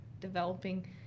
developing